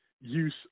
use